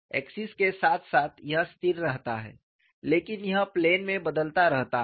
axis के साथ साथ यह स्थिर रहता है लेकिन यह प्लेन में बदलता रहता है